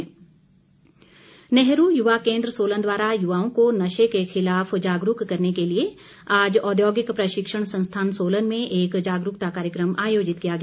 जागरूकता नेहरू युवा केन्द्र सोलन द्वारा युवाओं को नशे के खिलाफ जागरूक करने के लिए आज औद्योगिक प्रशिक्षण संस्थान सोलन में एक जागरूकता कार्यक्रम आयोजित किया गया